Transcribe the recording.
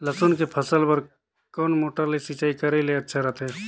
लसुन के फसल बार कोन मोटर ले सिंचाई करे ले अच्छा रथे?